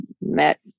met